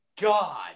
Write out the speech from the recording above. God